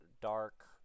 dark